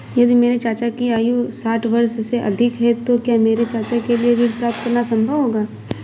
यदि मेरे चाचा की आयु साठ वर्ष से अधिक है तो क्या मेरे चाचा के लिए ऋण प्राप्त करना संभव होगा?